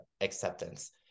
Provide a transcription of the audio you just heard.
acceptance